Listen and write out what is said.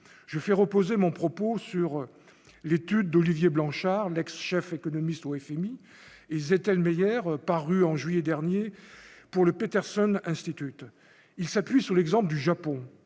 je fais reposer mon propos sur l'étude d'Olivier Blanchard, l'ex-chef économiste au FMI et Zettel meilleur paru en juillet dernier pour le Peterson Institute, il s'appuie sur l'exemple du Japon